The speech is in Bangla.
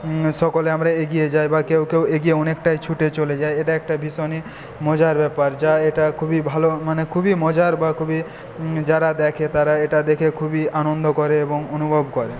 সকলে আমরা এগিয়ে যাই বা কেউ কেউ এগিয়ে অনেকটাই ছুটে চলে যায় এটা একটা ভীষণই মজার ব্যাপার যা এটা খুবই ভালো মানে খুবই মজার বা খুবই যারা দেখে তারা এটা দেখে খুবই আনন্দ করে এবং অনুভব করে